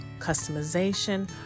customization